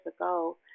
ago